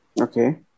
Okay